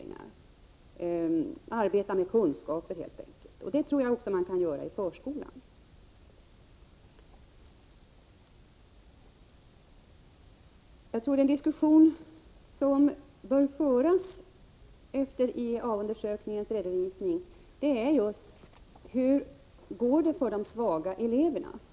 Det gäller att arbeta med kunskaper helt enkelt, och det tror jag också man kan göra i förskolan. En diskussion som bör föras efter IEA-undersökningens redovisning är hur det går för de svaga eleverna.